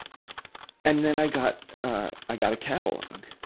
and then i got a, i got a catalogue,